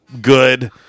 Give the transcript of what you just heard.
good